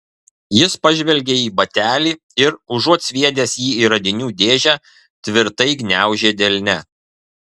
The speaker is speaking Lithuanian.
jis pažvelgė į batelį ir užuot sviedęs jį į radinių dėžę tvirtai gniaužė delne